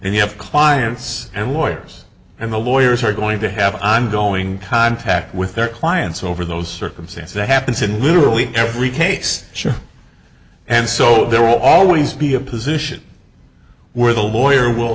and you have clients and lawyers and the lawyers are going to have i'm going contact with their clients over those circumstance that happens in literally every case sure and so there will always be a position where the lawyer w